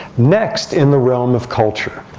next in the realm of culture,